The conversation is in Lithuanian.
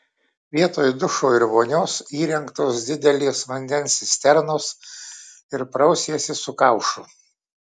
vietoj dušo ir vonios įrengtos didelės vandens cisternos ir prausiesi su kaušu